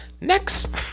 next